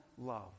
love